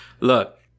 look